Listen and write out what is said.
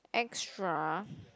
extra